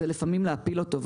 זה לפעמים להפיל אותו.